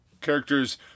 Characters